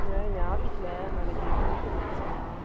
அங்கே எங்கள் ஆஃபீஸுல் நாளைக்கு ஏதோ மீட்டிங் வைக்கிறாங்களாம்